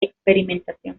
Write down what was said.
experimentación